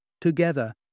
Together